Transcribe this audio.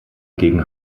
gegen